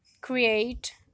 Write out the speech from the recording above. create